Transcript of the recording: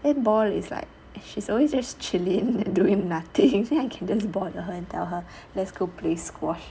then paul is like she's always just chilling and doing nothing then I can just bother her and tell her let's go play squash